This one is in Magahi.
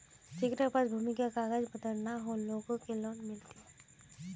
जेकरा पास भूमि का कागज पत्र न है वो लोग के लोन मिलते?